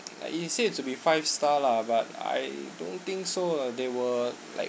like it said to be five star lah but I don't think so uh they were